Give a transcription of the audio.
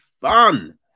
fun